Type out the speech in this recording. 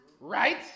Right